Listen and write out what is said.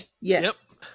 Yes